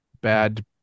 bad